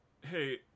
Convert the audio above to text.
hey